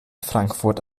frankfurt